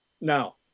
Now